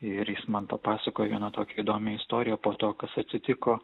ir jis man papasakojo tokią įdomią istoriją po to kas atsitiko